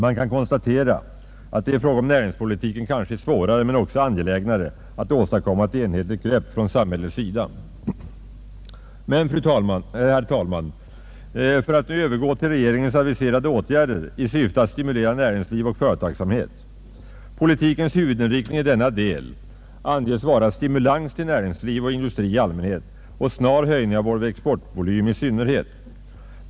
Man kan konstatera, att det i fråga om näringspolitiken kanske är svårare men också angelägnare att åstadkomma ett enhetligt grepp från samhällets sida.” Men, herr talman, låt mig nu övergå till regeringens aviserade åtgärder i syfte att stimulera näringsliv och företagsamhet. Politikens huvudriktning i denna del anges vara stimulans till näringsliv och industri i allmänhet Allmänpolitisk debatt Allmänpolitisk debatt och snar höjning av vår exportvolym i synnerhet.